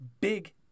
big